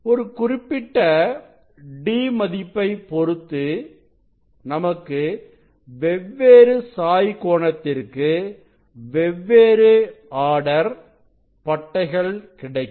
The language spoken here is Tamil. ஒரு குறிப்பிட்ட d மதிப்பைப் பொருத்து நமக்கு வெவ்வேறு சாய் கோணத்திற்கு வெவ்வேறு ஆர்டர் பட்டைகள் கிடைக்கும்